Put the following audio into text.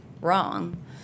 wrong